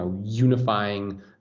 unifying